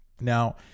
now